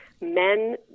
men